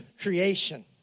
creation